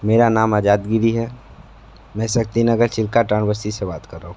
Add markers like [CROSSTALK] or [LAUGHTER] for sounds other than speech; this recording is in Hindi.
मेरा नाम आजाद गिरी है मैं शक्तिनगर [UNINTELLIGIBLE] से बात कर रहा हूँ